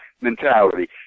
mentality